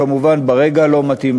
כמובן ברגע הלא-מתאים,